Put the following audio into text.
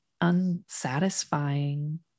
unsatisfying